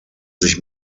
sich